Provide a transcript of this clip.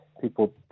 people